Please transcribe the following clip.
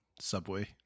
Subway